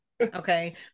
okay